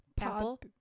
Apple